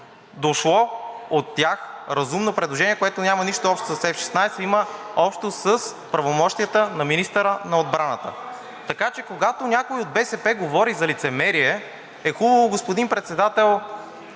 дошло от тях, разумно предложение, което няма нищо общо с F-16, има общо с правомощията на министъра на отбраната. Така че, когато някой от БСП говори за лицемерие, е хубаво, господин Председател,